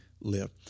live